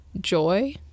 joy